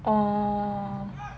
oh